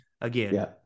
again